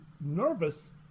nervous